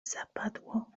zapadło